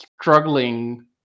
struggling